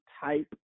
type